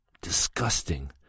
Disgusting